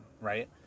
right